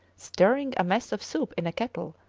stirring a mess of soup in a kettle,